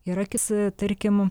ir akis tarkim